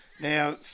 Now